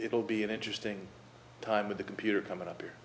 it'll be an interesting time with the computer coming up